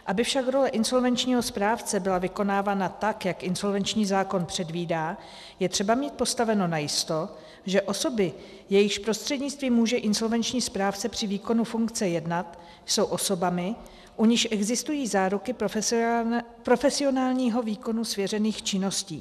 Aby však role insolvenčního správce byla vykonávána tak, jak insolvenční zákon předvídá, je třeba mít postaveno najisto, že osoby, jejichž prostřednictvím může insolvenční správce při výkonu funkce jednat, jsou osobami, u nichž existují záruky profesionálního výkonu svěřených činností.